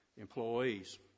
employees